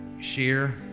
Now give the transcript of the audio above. share